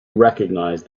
recognize